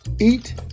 Eat